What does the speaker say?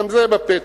גם זה בפתח.